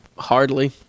hardly